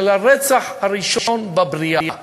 על הרצח הראשון בבריאה,